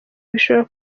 bishora